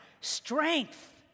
Strength